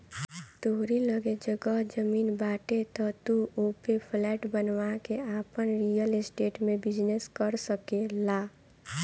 तोहरी लगे जगह जमीन बाटे तअ तू ओपे फ्लैट बनवा के आपन रियल स्टेट में बिजनेस कर सकेला